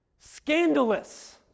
Scandalous